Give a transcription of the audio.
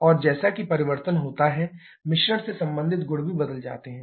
और जैसा कि परिवर्तन होता है मिश्रण से संबंधित गुण भी बदल सकते है